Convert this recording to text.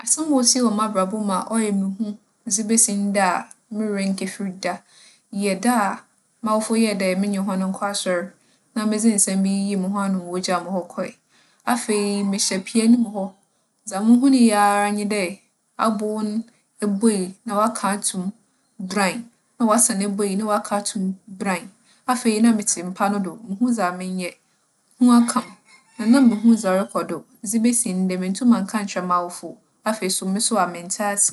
Asɛm a osii wͻ m'abrabͻ mu a ͻyɛ me hu dze besi ndɛ a mo werɛ nnkefir da yɛ da a m'awofo yɛɛ dɛ menye hͻn nkͻ asͻr a, na medze nsɛm bi yiyii moho ano ma wogyaa mo hͻ kͻree. Afei, mehyɛ pia no mu hͻ, dza muhunii ara nye dɛ, abow no ebue na ͻaka ato mu buran! Na ͻasan ebue na ͻaka ato mu buran! Afei na metse mpa no do, munnhu dza menyɛ, hu aka me. Na nna munnhu dza ͻrokͻ do. Dze besi ndɛ, menntum annka annkyerɛ m'awofo. Afei so, mo so a menntse ase.